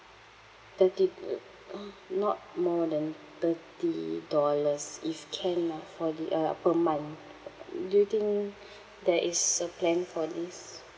thirty not more than thirty dollars if can ah for the uh per month do you think there is a plan for this